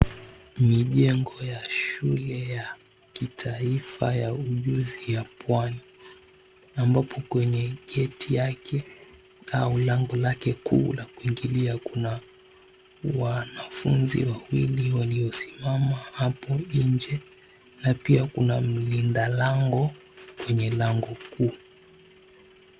Mijengo ya shule ya kitaifa ya ujuzi ya pwani ambapo kwenye geti yake au lango lake kuu la kuingilia kuna wanafunzi wawili waliosimama hapo nje na pia kuna mlinda lango kwenye lango kuu.